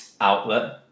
outlet